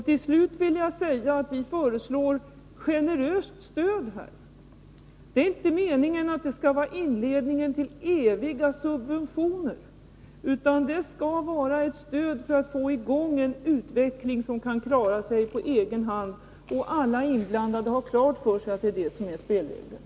Till slut vill jag säga att vi föreslår ett generöst stöd. Det är inte meningen att det skall vara inledningen till eviga subventioner, utan det skall vara ett stöd för att få i gång en utveckling, tills man kan klara sig på egen hand. Alla inblandade har klart för sig att spelreglerna är dessa.